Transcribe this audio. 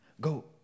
Go